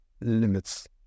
limits